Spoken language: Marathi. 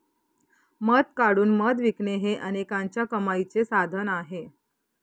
मध काढून मध विकणे हे अनेकांच्या कमाईचे साधन आहे